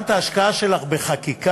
וגם את ההשקעה שלך בחקיקה.